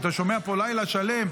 ואתה שומע פה לילה שלם,